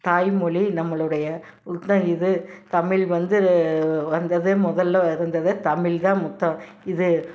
தாய்மொழி நம்மளோடைய உகந்த இது தமிழ் வந்து வந்தது முதல்ல இருந்தது தமிழ் தான் மூத்த இது